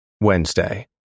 Wednesday